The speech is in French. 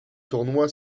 tournoi